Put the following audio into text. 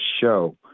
show